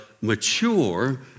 mature